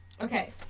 Okay